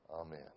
Amen